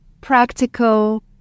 practical